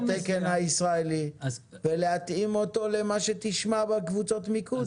התקן הישראלי ולהתאים אותו אל מה שתשמע בקבוצות המיקוד,